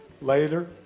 Later